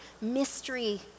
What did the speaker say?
mystery